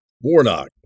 Warnock